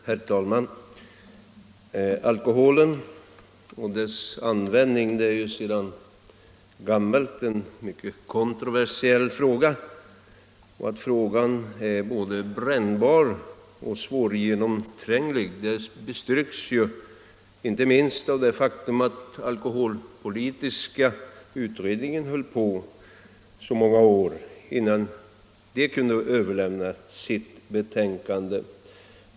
Herr talman! Alkoholen och dess användning är sedan gammalt en mycket kontroversiell fråga. Att frågan är både brännbar och svårgenomtränglig bestyrks inte minst av det faktum att alkoholpolitiska utredningen höll på i så många år innan den kunde överlämna sitt betänkande.